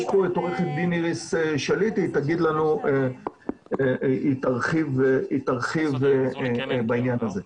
יש פה את עו"ד איריס שליט היא תרחיב בעניין הזה.